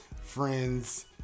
friends